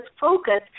focus